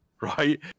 right